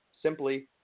Simply